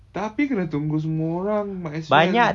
tapi kena tunggu semua orang might as well